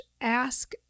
ask